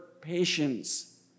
patience